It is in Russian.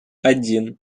один